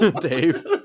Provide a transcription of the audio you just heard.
Dave